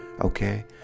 Okay